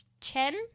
Chen